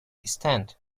instant